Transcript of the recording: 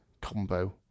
combo